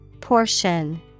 Portion